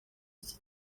iki